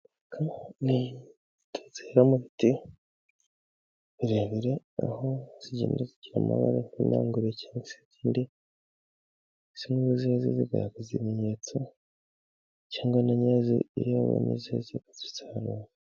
Niziba mubiti birebire aho zigenda zigira amabara n'imyugure cyangwa zindi zimwe zize zigaragaza ibimenyetso cyangwa nanyirazo iyo abonye zeze arazisarura.